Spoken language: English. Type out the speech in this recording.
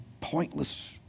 pointless